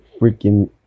freaking